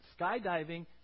skydiving